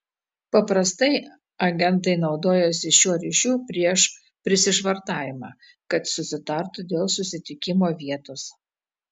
paprastai agentai naudojasi šiuo ryšiu prieš prisišvartavimą kad susitartų dėl susitikimo vietos